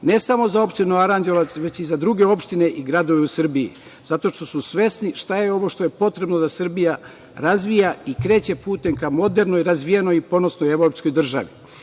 ne samo za opštinu Aranđelovac, već i za druge opštine i gradove u Srbiji, zato što su svesni šta je ovo što je potrebno da Srbija razvija i kreće putem ka modernoj, razvijenoj i ponosnoj evropskoj državi. Kroz